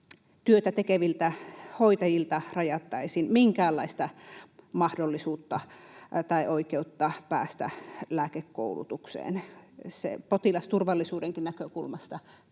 työtä tekeviltä hoitajilta rajattaisiin minkäänlaista mahdollisuutta tai oikeutta päästä lääkekoulutukseen. Potilasturvallisuudenkin näkökulmasta